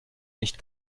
nicht